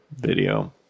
video